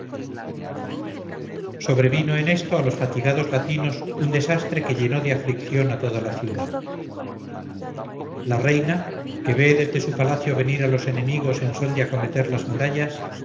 sobrevino en esto a los fatigados latinos un desastre que llenó de aflicción a toda la ciudad la reina que ve desde su palacio venir a los enemigos en son de acometer las murallas